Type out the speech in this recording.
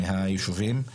מהישובים,